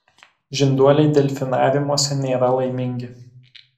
žinduoliai delfinariumuose nėra laimingi